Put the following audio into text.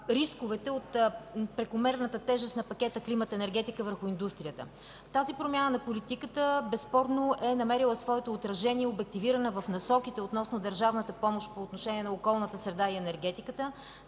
от прекомерната тежест на пакета „Климат – енергетика” върху индустрията. Тази промяна на политиката безспорно е намерила своето отражение, обективирана в Насоките относно държавната помощ по отношение на околната среда и енергетиката.